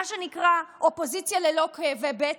מה שנקרא: אופוזיציה ללא כאבי בטן.